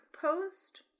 post